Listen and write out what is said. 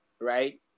right